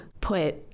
put